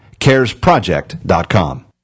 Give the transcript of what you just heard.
Caresproject.com